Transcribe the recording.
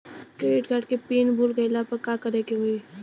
Credit card के PIN भूल गईला पर का करे के होई?